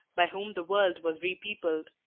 by whom the world was repeopled.